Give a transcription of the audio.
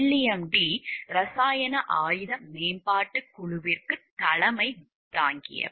William D இரசாயன ஆயுத மேம்பாட்டுக் குழுவிற்கு தலைமை தாங்கியவர்